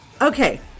Okay